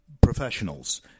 professionals